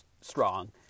strong